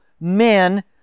men